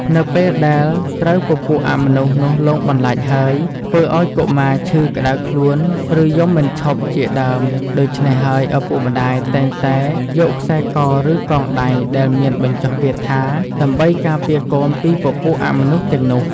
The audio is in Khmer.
នៅពេលដែលត្រូវពពួកអមនុស្សនោះលងបន្លាចហើយធ្វើឲ្យកុមារឈឺក្តៅខ្លួនឬយំមិនឈប់ជាដើមដូចឆ្នេះហើយឳពុកម្តាយតែងតែយកខ្សែកឬកងដៃដែលមានបញ្ចុះគាថាការដើម្បីពារកូនពីពពួកអមនុស្សទាំងនោះ